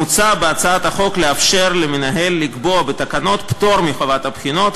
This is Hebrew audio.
מוצע בהצעת החוק לאפשר למנהל לקבוע בתקנות פטור מחובת הבחינות,